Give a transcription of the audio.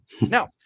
Now